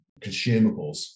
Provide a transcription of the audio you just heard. consumables